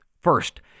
First